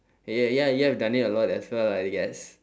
ya ya we've done it a lot as well I guess